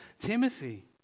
Timothy